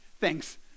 Thanks